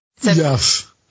Yes